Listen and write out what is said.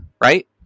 right